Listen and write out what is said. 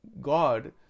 God